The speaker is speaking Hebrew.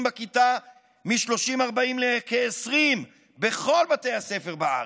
בכיתה מ-40-30 לכ-20 בכל בתי הספר בארץ,